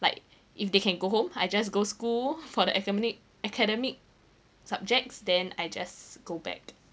like if they can go home I just go school for the academic academic subjects then I just go back